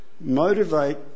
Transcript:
Motivate